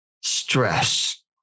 stress